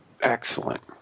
Excellent